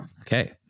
Okay